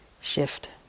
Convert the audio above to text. shift